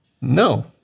No